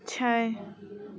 छओ